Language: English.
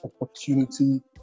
opportunity